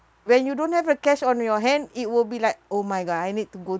when you don't have the cash on your hand it will be like oh my god I need to go